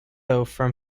from